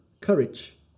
courage